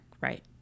right